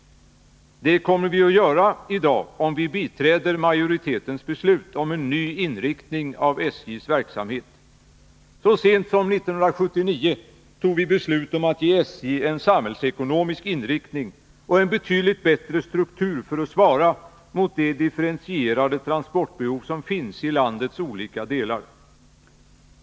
Det kommer vi att göra i dag, om vi biträder majoritetens beslut om en ny inriktning av SJ:s verksamhet. Så sent som 1979 fattade riksdagen beslut om att ge SJ en samhällsekonomisk inriktning och en betydligt bättre struktur för att svara mot de differentierade transportbehov som finns i landets olika delar.